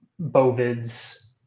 bovids